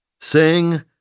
sing